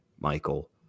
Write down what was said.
Michael